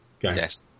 Yes